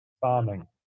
Farming